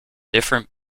different